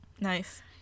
Nice